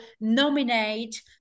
nominate